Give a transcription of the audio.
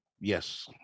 Yes